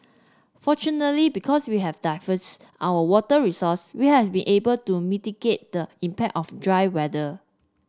fortunately because we have diversified our water resources we have been able to mitigate the impact of drier weather